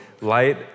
light